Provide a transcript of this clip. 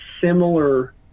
similar